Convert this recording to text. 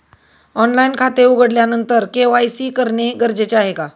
Online खाते उघडल्यानंतर KYC करणे गरजेचे आहे का?